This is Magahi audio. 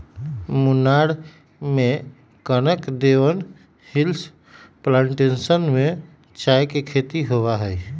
मुन्नार में कानन देवन हिल्स प्लांटेशन में चाय के खेती होबा हई